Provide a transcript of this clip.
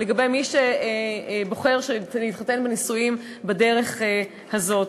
לגבי מי שבוחר להתחתן בנישואים בדרך הזאת.